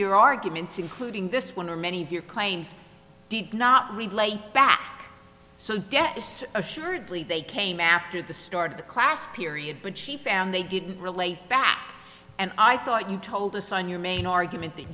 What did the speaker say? your arguments including this one or many of your claims did not relate back so yes assuredly they came after the start class period but she found they didn't relate back and i thought you told us on your main argument that